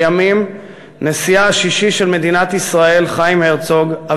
לימים נשיאה השישי של מדינת ישראל חיים הרצוג,